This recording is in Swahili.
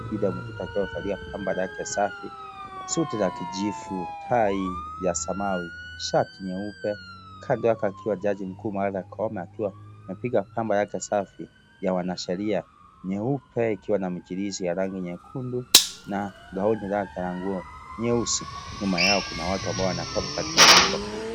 William Ruto akiwa amevalia pamba lake safi, suti la kijivu, tai ya samawi, shati nyeupe. Kando yake akiwa jaji mkuu Martha Koome akiwa amepiga pambo yake safi ya wanasheria nyeupe ikiwa na michirizi ya rangi nyekundu na gauni lake ni la nguo nyeusi. Nyuma yao kuna watu ambao wanatoka katika jumba kuu.